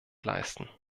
leisten